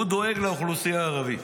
הוא דואג לאוכלוסייה הערבית.